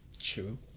True